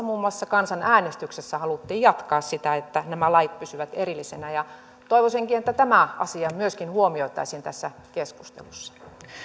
muun muassa kansanäänestyksessä haluttiin jatkaa sitä että nämä lait pysyvät erillisinä ja toivoisinkin että myöskin tämä asia huomioitaisiin tässä keskustelussa